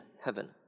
heaven